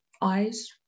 eyes